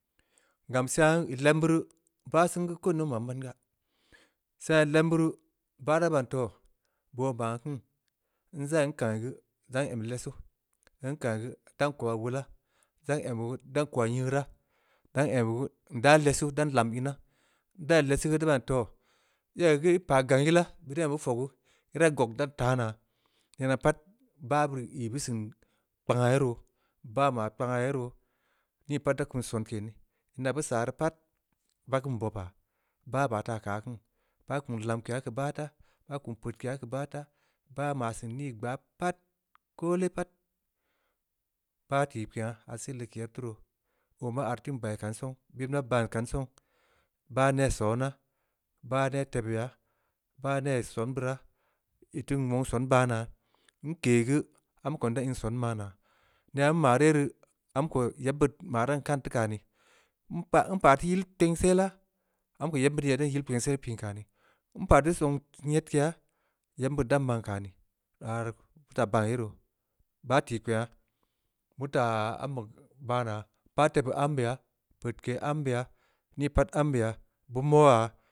Gam sangha ii lebn beuri, bah sen geu ko in ning maa nban gaa. sangha ii lebn beuri, bah da ban toh. boo baan kin. nzai nkang ii geu, zah n’em lessu, nkang yi geu, dan kobaa wola. zan em, zan da ko’a nyeuraa, dan em ya geu, nda lessu dan lamma inaa. ndai lessu geu da baan toh! Iyai geu ii pah gang yila. beuri beu ni em nii fogu, ii da gog dan taanaa. nenaa pat. bah beu ri ii beu seun kpangha ye ruu, bah maa kpang aah ye broo. ni pat da kum sonke nii, ina beu saah rii pat, baa keun bobaa, bah baa taa keu aah kiin, baa kum lamkeya keu bah taa, baa kum peudkeya keu bah taa, bah ma seun nii gbaa pat, koole pat, bah tijpenha aah seeh leg keu yeb taa roo, oo maa artin baa yaa kan song, bit mai baan kan song, bah neh sona. bah neb tebue ya, bah neh son beuraa. ii wong son baa naa. nkei geu, amko nda in son maa naa. nenaa nmaa rii ye rii. amko yebn beud mai dan kan teu kani, npa-npa teu yil kpengsela. amko yebn beud yai dan yil kpengsel pin kanii, npah teu seun nyedkeya, yeb beud ii dan man kani, aah rii beu tii taa ban ye roo, bah tikpengha, beu teu taa ambe baa naa, pah tebeu ambe yaa, peudke ambe yaa, nii pat ambeya. beu maa